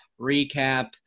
recap